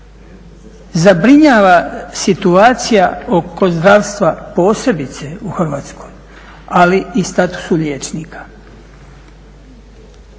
Zabrinjava situacija oko zdravstva posebice u Hrvatskoj, ali i statusu liječnika.